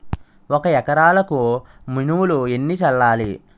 ఒక ఎకరాలకు మినువులు ఎన్ని చల్లాలి?